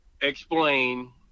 explain